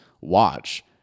watch